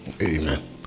Amen